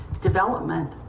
development